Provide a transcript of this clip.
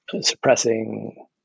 suppressing